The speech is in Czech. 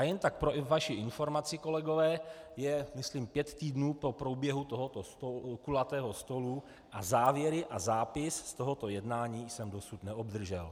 Jen tak pro vaši informaci, kolegové, je myslím pět týdnů pro průběhu tohoto kulatého stolu a závěry a zápis z tohoto jednání jsem dosud neobdržel.